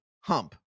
hump